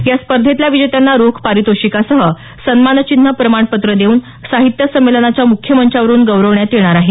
या स्पर्धेतल्या विजेत्यांना रोख पारितोषिकासह सन्मानचिन्ह प्रमाणपत्र देऊन साहित्य संमेलनाच्या मुख्य मंचावरून गौरवण्यात येणार आहे